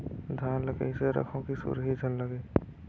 धान ल कइसे रखव कि सुरही झन लगे?